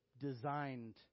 designed